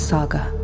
Saga